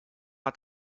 hat